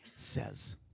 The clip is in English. says